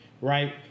right